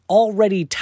already